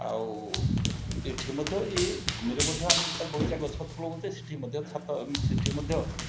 ଆଉ ଏଠି ମଧ୍ୟ ଏଇ ଭୂମିରେ ମଧ୍ୟ ଆମେ ଯେତେବେଳେ ବଗିଚା ଗଛ ଲଗାଉଛେ ସେଇଠି ମଧ୍ୟ ଛାତ ସେଇଠି ମଧ୍ୟ